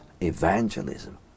evangelism